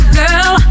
girl